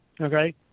Okay